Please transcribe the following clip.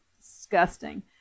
disgusting